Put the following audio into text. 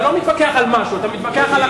אתה לא מתווכח על משהו, אתה מתווכח על הכול.